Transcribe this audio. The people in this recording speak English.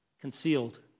concealed